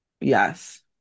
Yes